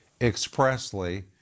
expressly